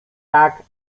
tak